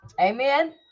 Amen